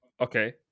Okay